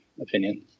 opinion